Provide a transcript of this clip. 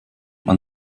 man